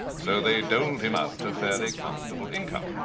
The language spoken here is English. so they'd doled him out a fairly comfortable income.